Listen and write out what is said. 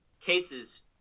cases